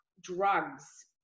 drugs